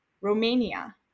Romania